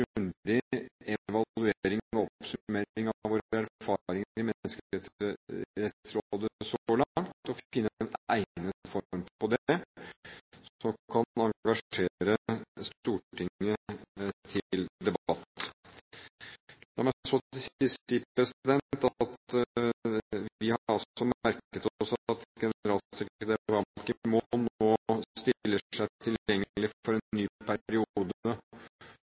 finne en egnet form på det som kan engasjere Stortinget til debatt. La meg til slutt si at vi har merket oss at generalsekretær Ban Ki-moon nå stiller seg tilgjengelig for en ny periode